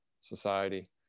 society